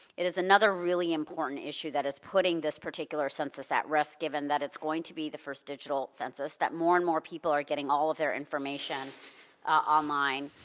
it is another really important issue that is putting this particular census at risk, given that it's going to be the first digital census, that more and more people are getting all of their information online.